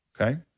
okay